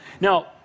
Now